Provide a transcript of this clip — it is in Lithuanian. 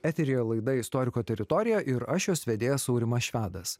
eteryje laida istoriko teritorija ir aš jos vedėjas aurimas švedas